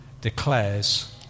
declares